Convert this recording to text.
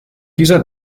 dieser